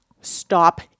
stop